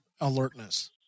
alertness